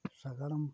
ᱥᱟᱜᱟᱲᱟᱢ